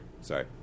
sorry